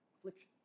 affliction